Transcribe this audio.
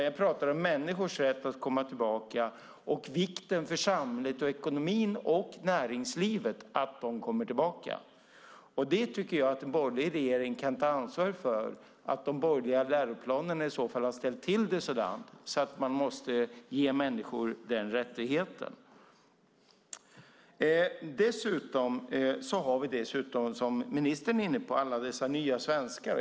Jag pratar om människors rätt att komma tillbaka och vikten för samhället, ekonomin och näringslivet av att de kommer tillbaka. Jag tycker att en borgerlig regering kan ta ansvar för att de borgerliga läroplanerna i så fall har ställt till det så dant att man måste ge människor den rättigheten. Dessutom har vi, som ministern är inne på, alla dessa nya svenskar.